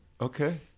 Okay